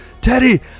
Teddy